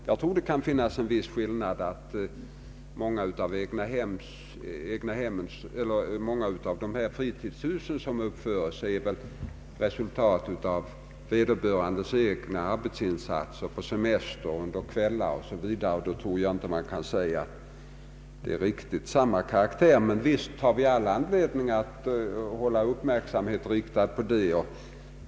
Jag tror att det kan finnas en viss skillnad, ty många av dessa fritidshus är väl resultat av vederbörandes egna arbetsinsatser, på semester, under kvällar o.s. v. Därför tror jag inte man kan säga att det här är byggen av samma karaktär. Men visst har vi anledning att hålla uppmärksamheten riktad på detta.